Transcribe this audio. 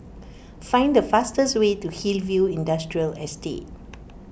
find the fastest way to Hillview Industrial Estate